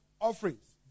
offerings